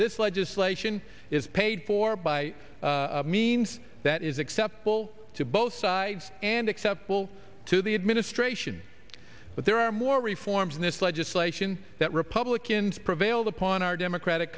this legislation is paid for by means that is acceptable to both sides and acceptable to the administration but there are more reforms in this legislation that republicans prevailed upon our democratic